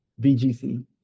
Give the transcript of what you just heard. BGC